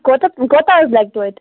کوتاہ کوتاہ حظ لَگہِ توتہِ